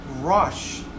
Rush